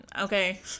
okay